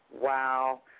Wow